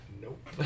Nope